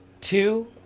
two